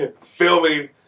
filming